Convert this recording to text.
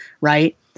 right